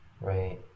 Right